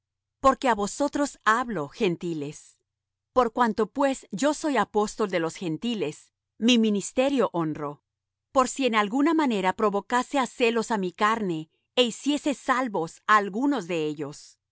porque á vosotros hablo gentiles por cuanto pues yo soy apóstol de los gentiles mi ministerio honro por si en alguna manera provocase á celos á mi carne e hiciese salvos á algunos de ellos